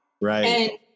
Right